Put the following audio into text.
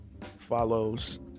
follows